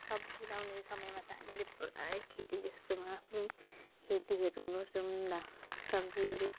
सब्जी लगाउने समयमा त हामीले पुरै खेती जस्तोमा आफ्नै खेतीहरू गर्छौँ धान सब्जीहरू